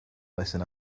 lesson